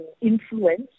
influence